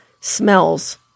smells